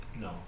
No